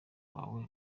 wawe